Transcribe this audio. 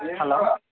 hello